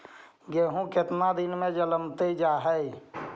गेहूं केतना दिन में जलमतइ जा है?